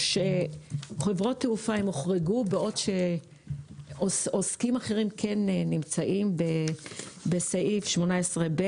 חברות תעופה הוחרגו בעוד שעוסקים אחרים כן נמצאים בסעיף 18(ב),